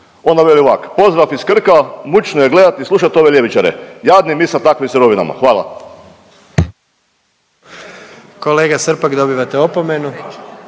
ona veli ovak. Pozdrav iz Krka, mučno je gledat i slušat ove ljevičare, jadni mi sa takvim sirovinama, hvala.